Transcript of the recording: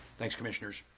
thanks, commissioners.